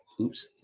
oops